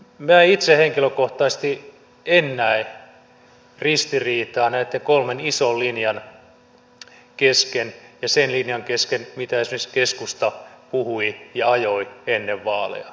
minä itse henkilökohtaisesti en näe ristiriitaa näitten kolmen ison linjan kesken ja sen linjan kesken mitä esimerkiksi keskusta puhui ja ajoi ennen vaaleja